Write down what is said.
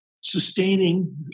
sustaining